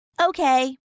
Okay